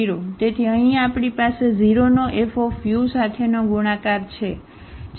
તેથી અહીં આપણી પાસે 0 નો Fu સાથેનો ગુણાકાર છે